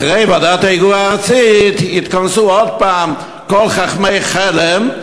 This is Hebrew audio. אחרי ועדת ההיגוי הארצית יתכנסו עוד הפעם כל חכמי חלם,